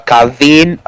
Calvin